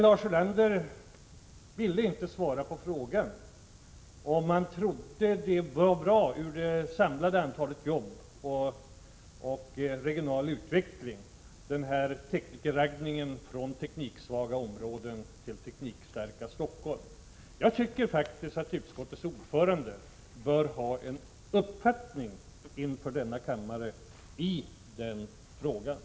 Lars Ulander ville inte svara på frågan om han trodde att den s.k. teknikerraggningen från tekniksvaga områden till det teknikstarka Stockholm var bra för det samlade antalet jobb och för den regionala utvecklingen. Jag tycker faktiskt att utskottets ordförande bör redovisa en uppfattning i den frågan inför denna kammare.